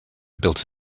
built